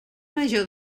major